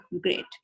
great